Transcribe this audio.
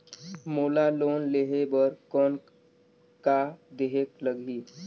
मोला लोन लेहे बर कौन का देहेक लगही?